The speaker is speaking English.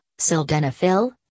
sildenafil